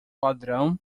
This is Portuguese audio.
ladrão